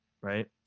right